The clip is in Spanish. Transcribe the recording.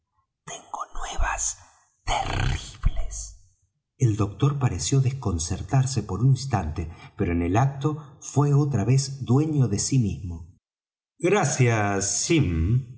tengo nuevas terribles el doctor pareció desconcertarse por un instante pero en el acto fué otra vez dueño de sí mismo gracias